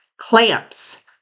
clamps